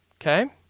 Okay